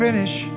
Finish